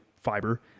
fiber